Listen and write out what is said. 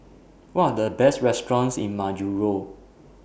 What Are The Best restaurants in Majuro